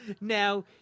Now